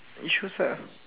you choose ah